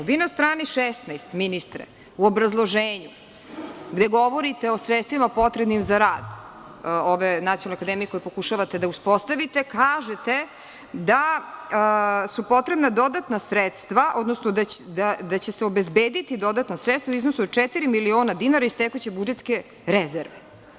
Vi ministre, na strani 16, u obrazloženju gde govorite o sredstvima potrebnim za rad ove Nacionalne akademije koju pokušate da uspostavite, kažete da su potrebna dodatna sredstva, odnosno da će se obezbediti dodatna sredstava u iznosu od četiri miliona dinara iz tekuće budžetske rezerve.